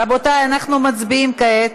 רבותי, אנחנו מצביעים כעת,